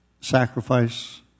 sacrifice